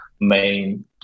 main